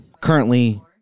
currently